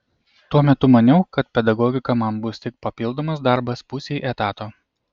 tuo metu maniau kad pedagogika man bus tik papildomas darbas pusei etato